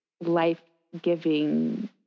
life-giving